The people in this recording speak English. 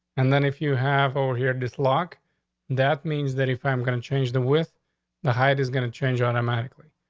and then if you have over here desslok that means that if i'm going to change the with the height is going to change automatically.